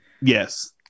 yes